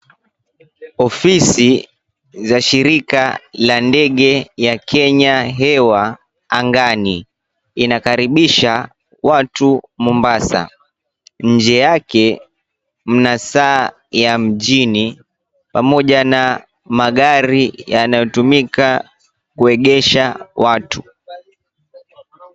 Ofisi za shirika la ndege ya Kenya Hewa angani, inakaribisha watu Mombasa. Nje yake mna saa ya mjini, pamoja na magari yanayotumika kuegesha watu.